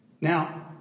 Now